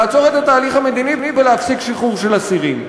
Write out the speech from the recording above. לעצור את התהליך המדיני ולהפסיק לשחרר אסירים.